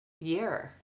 year